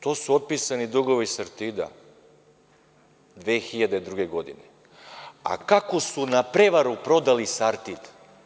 To su otpisani dugovi „Sartida“ 2002. godine, a kako su na prevaru prodali „Sartid“